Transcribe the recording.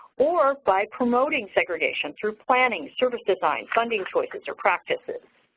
or, by promoting segregation to planning, service design, funding choices or practices.